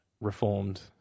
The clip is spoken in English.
reformed